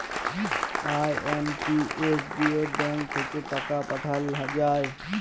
IMPS দিয়ে bank থাক্যে টাকা পাঠাল যায়